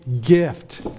gift